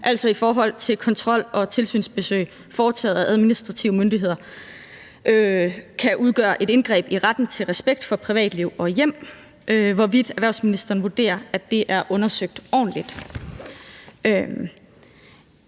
Altså i forhold til at kontrol og tilsynsbesøg foretaget af administrative myndigheder kan udgøre et indgreb i retten til respekt for privatliv og hjem, og i forhold til hvorvidt erhvervsministeren vurderer, at det er undersøgt ordentligt.